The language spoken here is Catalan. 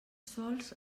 sòls